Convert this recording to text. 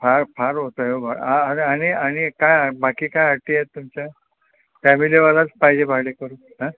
फार फार होतं आहे ओ भा आ आणि आणि काय बाकी काय अटी आहेत तुमच्या फॅमिलीवालाच पाहिजे भाडेकरू आं